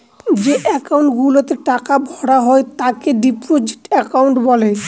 যে একাউন্ট গুলাতে টাকা ভরা হয় তাকে ডিপোজিট একাউন্ট বলে